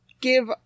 give